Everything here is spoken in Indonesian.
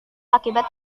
akibat